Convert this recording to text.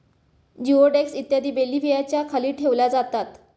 जिओडेक्स इत्यादी बेल्व्हियाच्या खाली ठेवल्या जातात